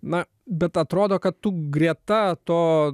na bet atrodo kad greta to